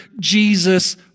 Jesus